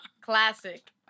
classic